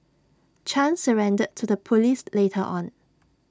chan surrendered to the Police later on